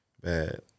Bad